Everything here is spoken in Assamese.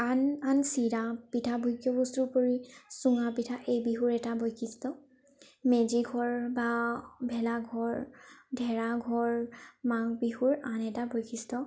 আন আন চিৰা পিঠা ভোগ্য় বস্তুৰ উপৰি চুঙা পিঠা এই বিহুৰ এটা বৈশিষ্ট্য় মেজি ঘৰ বা ভেলা ঘৰ ধেৰা ঘৰ মাঘ বিহুৰ আন এটা বৈশিষ্ট্য়